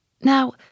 Now